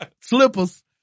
Slippers